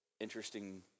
Interesting